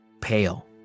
pale